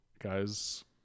guys